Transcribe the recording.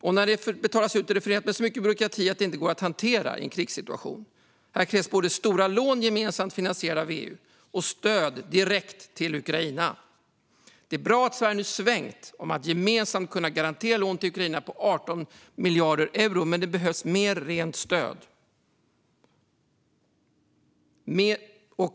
Och när det betalas ut är det förenat med så mycket byråkrati att det inte går att hantera i en krigssituation. Det krävs både stora lån gemensamt finansierade av EU och stöd direkt till Ukraina. Det är bra att Sverige nu svängt om att EU gemensamt ska kunna garantera lån till Ukraina på 18 miljarder euro, men det behövs mer rent stöd.